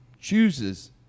chooses